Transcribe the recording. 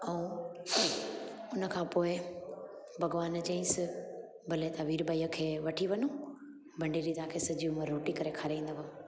ऐं हुनखां पोइ भॻवानु चयईसि भले तव्हां वीरबाईअ खे वठी वञो भंडेरी तव्हांखे सॼी उमिरि रोटी करे खाराईंदव